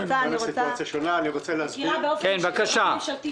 אני מכירה באופן אישי חברה ממשלתית